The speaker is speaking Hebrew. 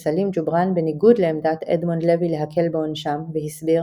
סלים ג'ובראן בניגוד לעמדת אדמונד לוי להקל בענשם והסביר